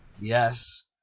Yes